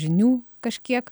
žinių kažkiek